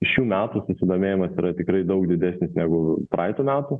šių metų susidomėjimas yra tikrai daug didesnis negu praeitų metų